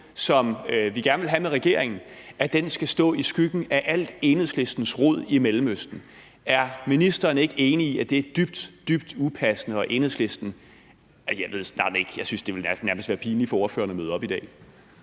som vi gerne vil have med regeringen, skal stå i skyggen af alt Enhedslistens rod i Mellemøsten. Er ministeren ikke enig i, at det er dybt, dybt upassende af Enhedslisten? Jeg ved snart ikke. Jeg synes, at det nærmest ville være pinligt for ordføreren at møde op i dag.